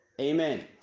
Amen